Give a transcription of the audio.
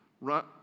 Run